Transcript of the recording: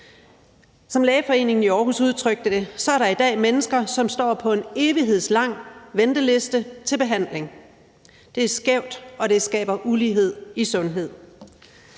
Som lægeforeningen i Aarhus udtrykte det, er der i dag mennesker, som står på en evighedslang venteliste til behandling. Det er skævt, og det skaber ulighed i sundhed.